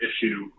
issue